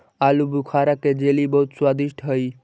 आलूबुखारा के जेली बहुत स्वादिष्ट हई